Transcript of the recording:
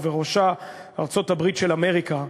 ובראש ארצות-הברית של אמריקה,